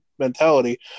mentality